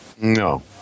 no